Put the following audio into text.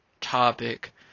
topic